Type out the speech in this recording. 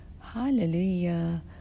Hallelujah